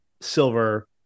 silver